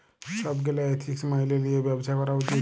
ছব গীলা এথিক্স ম্যাইলে লিঁয়ে ব্যবছা ক্যরা উচিত